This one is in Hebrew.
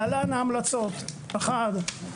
להלן ההמלצות: ראשית,